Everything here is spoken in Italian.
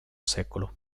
secolo